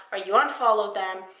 or you unfollowed them,